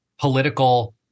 political